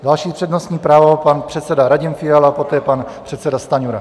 Další přednostní právo, pan předseda Radim Fiala, poté pan předseda Stanjura.